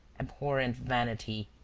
abhorrent vanity,